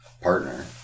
partner